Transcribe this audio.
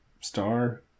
star